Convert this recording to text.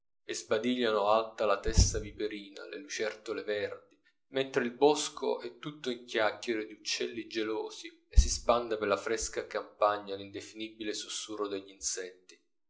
e sbadigliano alta la testa viperina le lucertole verdi mentre il bosco è tutto in chiacchiere di uccelli gelosi e si spande per la fresca campagna l'indefinibile susurro degli insetti